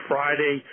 Friday